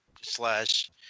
slash